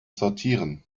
sortieren